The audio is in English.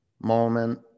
moment